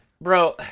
bro